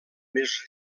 més